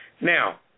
Now